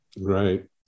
Right